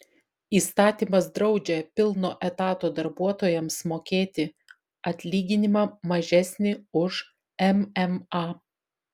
įstatymas draudžia pilno etato darbuotojams mokėti atlyginimą mažesnį už mma